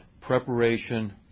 preparation